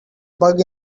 bug